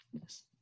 Yes